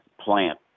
plant